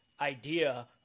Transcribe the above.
idea